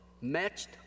matched